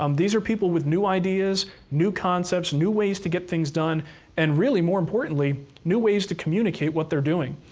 um these are people with new ideas, new concepts, new ways to get things done and really, more importantly, new ways to communicate what they're doing.